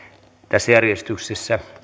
tässä järjestyksessä